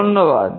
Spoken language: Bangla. ধন্যবাদ